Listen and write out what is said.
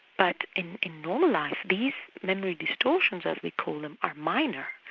but in in normal life these memory distortions, as we call them, are minor.